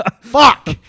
Fuck